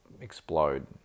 explode